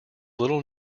little